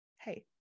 hey